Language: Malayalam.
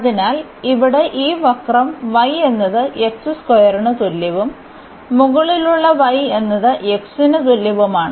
അതിനാൽ ഇവിടെ ഈ വക്രം y എന്നത് ന് തുല്യവും മുകളിലുള്ള y എന്നത് x ന് തുല്യവുമാണ്